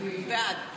בעד את